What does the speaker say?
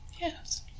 Yes